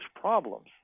problems